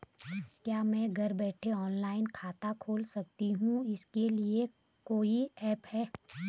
क्या मैं घर बैठे ऑनलाइन खाता खोल सकती हूँ इसके लिए कोई ऐप है?